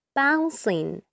Bouncing